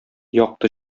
якты